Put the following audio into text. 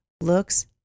looks